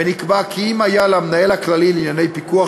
ונקבע כי אם היה למנהל הכללי לענייני פיקוח